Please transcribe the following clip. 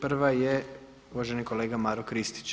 Prava je uvaženi kolega Marko Kristić.